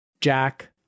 Jack